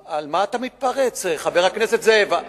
על מה אתה מתפרץ, חבר הכנסת זאב?